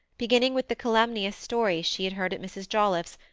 beginning with the calumnious stories she had heard at mrs. jolliffe's,